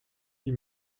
die